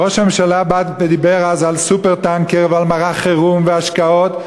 ראש הממשלה בא ודיבר אז על "סופר-טנקר" ועל מערך חירום והשקעות,